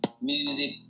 music